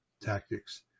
tactics